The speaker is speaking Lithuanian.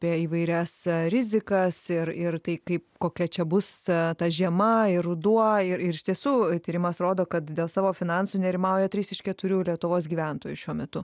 apie įvairias rizikas ir ir tai kaip kokia čia bus ta žiema ir ruduo ir ir iš tiesų tyrimas rodo kad dėl savo finansų nerimauja trys iš keturių lietuvos gyventojų šiuo metu